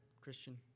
Christian